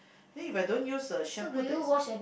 then If I don't use a shampoo that is